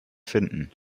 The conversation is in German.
finden